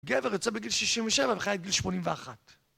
גבר יוצא בגיל 67 וחי עד גיל 81